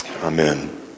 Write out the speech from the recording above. Amen